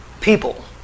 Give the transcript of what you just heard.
people